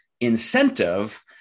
incentive